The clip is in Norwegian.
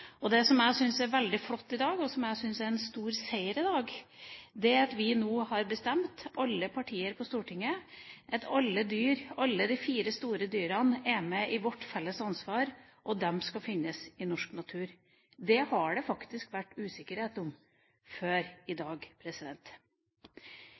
jeg synes er veldig flott i dag, og som jeg synes er en stor seier, er at vi, alle partiene på Stortinget, har bestemt at alle de fire store dyrene er med i vårt felles ansvar, og at de skal finnes i norsk natur. Det har det faktisk vært usikkerhet om før i